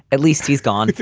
at least he's gone.